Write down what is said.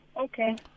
Okay